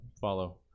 Follow